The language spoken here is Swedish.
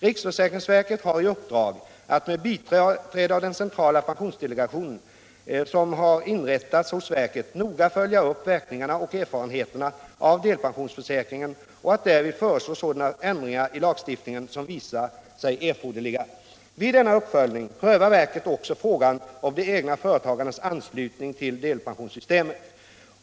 Riksförsäkringsverket har i uppdrag att med biträde av den centrala pensionsdelegationen som har inrättats hos verket noga följa upp verkningarna och erfarenheterna av delpensionsförsäkringen och att därvid föreslå sådana ändringar i lagstiftningen som visar sig erforderliga. Vid denna uppföljning prövar verket också frågan om de egna företagarnas anslutning till delpensionssystemet.